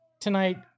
tonight